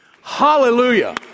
Hallelujah